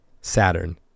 Saturn